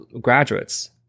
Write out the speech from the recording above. graduates